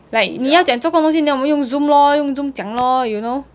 like 你要讲做工的东西我们用 zoom lor 用 zoom 讲 lor you know